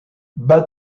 bad